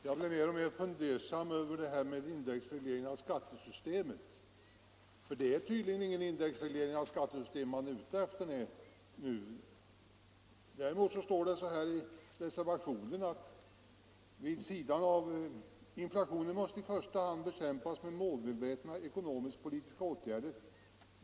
Herr talman! Jag blir mer och mer fundersam över det här med indexreglering av skattesystemet, för det är tydligen ingen indexreglering av skattesystemet man är ute efter nu. Däremot står det i reservationen 7: ”Inflationen måste i första hand bekämpas med målmedvetna ekonomisk-politiska åtgärder.